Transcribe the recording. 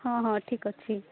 ହଁ ହଁ ଠିକ୍ ଅଛି